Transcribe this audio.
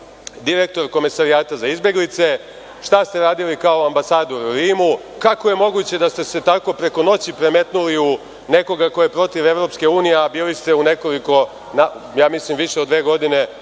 direktor Komesarijata za izbeglice, šta ste radili kao ambasador u Rimu, kako je moguće da ste se tako preko noći premetnuli u nekoga ko je protiv EU, a bili ste više od dve godine